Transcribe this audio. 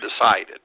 decided